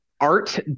art